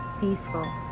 peaceful